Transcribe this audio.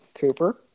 Cooper